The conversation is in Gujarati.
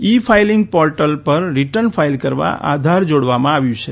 ઇ ફાઇલીંગ પોર્ટલ પર રીટર્ન ફાઇલ કરવા આધાર જોડવામાં આવ્યું છે